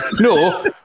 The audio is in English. No